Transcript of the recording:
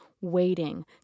waiting